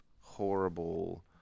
horrible